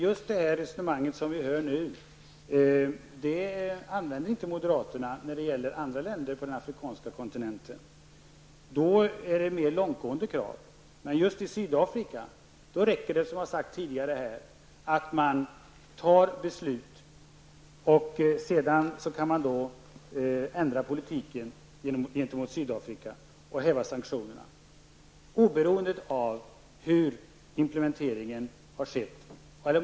Just detta resonemang används inte av moderaterna när det gäller andra länder på den afrikanska kontinenten. Då brukar kraven vara mer långtgående. Men just när det gäller Sydafrika är det tillräckligt med att man fattar beslut och sedan kan politiken gentemot Sydafrika ändras så att sanktionerna hävs, oberoende av hur eller om implementering har skett.